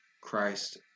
Christ